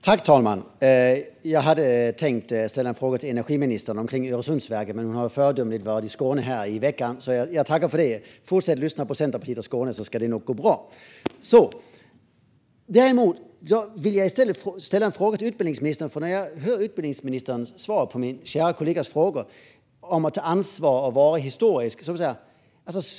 Herr talman! Jag hade tänkt ställa en fråga till energiministern om Öresundsverket, men hon var föredömligt i Skåne i veckan. Tack för det, och fortsätt lyssna på Centerpartiet och Skåne så ska det nog gå bra! I stället ställer jag en fråga till utbildningsministern efter att ha hört honom prata om att ta ansvar och vara historisk som svar på min kära kollegas fråga.